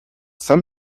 some